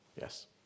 Yes